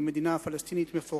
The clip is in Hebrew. או שתהיה מדינה פלסטינית מפורזת,